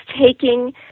taking